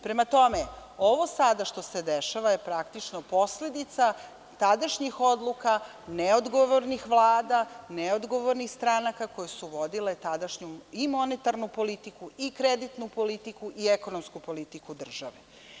Prema tome, ovo sada što se dešava je praktično posledica tadašnjih odluka neodgovornih vlada, neodgovornih stranaka koje su vodile tadašnju i monetarnu politiku i kreditnu politiku i ekonomsku politiku države.